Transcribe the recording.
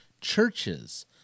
churches